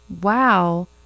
Wow